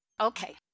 okay